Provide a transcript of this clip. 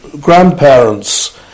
grandparents